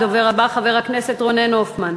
הדובר הבא, חבר הכנסת רונן הופמן.